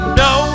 no